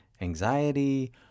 anxiety